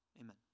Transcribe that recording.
Amen